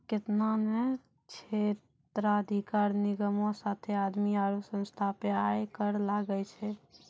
केतना ने क्षेत्राधिकार निगमो साथे आदमी आरु संस्था पे आय कर लागै छै